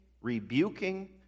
rebuking